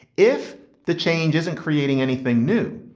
if the change isn't creating anything new.